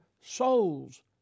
souls